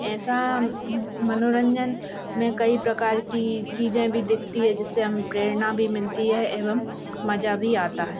ऐसा मनोरन्जन में कई प्रकार की चीज़ें भी दिखती हैं जिससे हम प्रेरणा भी मिलती है एवं मज़ा भी आता है